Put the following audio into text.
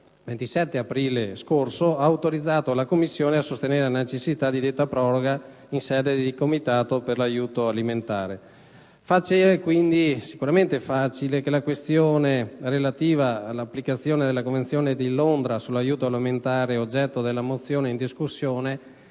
27 aprile scorso, ha autorizzato la Commissione a sostenere la necessità di detta proroga in sede di Comitato per l'aiuto alimentare. Facile quindi intuire che la questione relativa all'applicazione della Convenzione di Londra sull'aiuto alimentare oggetto delle mozioni in discussione